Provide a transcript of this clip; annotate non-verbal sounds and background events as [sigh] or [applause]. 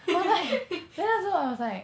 [laughs]